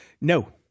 No